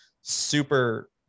super